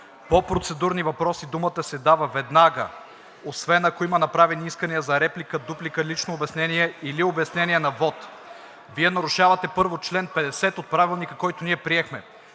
по процедурни въпроси думата се дава веднага, освен ако има направени искания за реплика, дуплика, лично обяснение или обяснение на вот. Вие нарушавате, първо, чл. 50 от Правилника за организацията